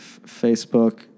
Facebook